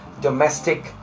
Domestic